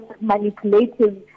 manipulative